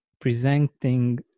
presenting